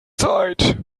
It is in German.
zeit